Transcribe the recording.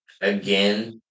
again